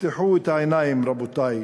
תפתחו את העיניים, רבותי.